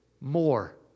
More